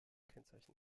kennzeichen